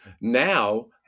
Now